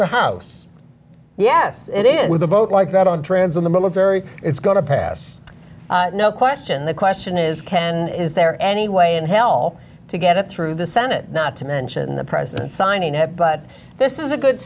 house yes it is a boat like that on trans in the military it's going to pass no question the question is can is there any way in hell to get it through the senate not to mention the president signing it but this is a good